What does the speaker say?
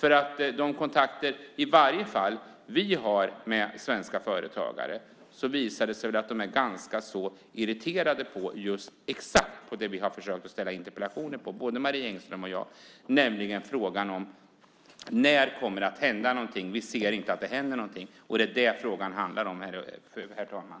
I de kontakter som vi har med svenska företagare visar det sig i alla fall att de är ganska irriterade på exakt det som både Marie Engström och jag har försökt ställa frågor om i interpellationerna, nämligen när det kommer att hända någonting. Vi ser inte att det händer någonting. Det är det frågan handlar om, herr talman.